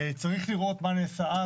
צריך לראות מה נעשה אז,